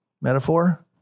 metaphor